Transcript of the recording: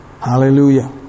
Hallelujah